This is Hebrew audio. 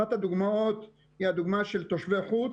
אחת הדוגמאות היא הדוגמא של תושבי חוץ,